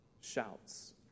shouts